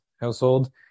household